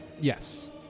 Yes